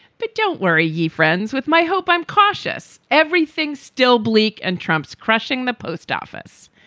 but don't worry. you're friends with my hope. i'm cautious. everything's still bleak. and trump's crushing the post office.